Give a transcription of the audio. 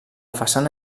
façana